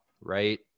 right